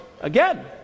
again